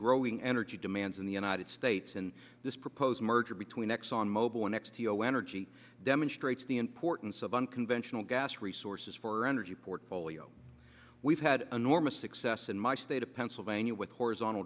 growing energy demand in the united states and this proposed merger between exxon mobil or next to zero energy demonstrates the importance of unconventional gas resources for energy portfolio we've had enormous success in my state of pennsylvania with horizontal